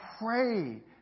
pray